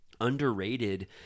underrated